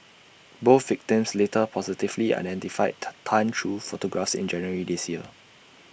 both victims later positively identified Tan through photographs in January this year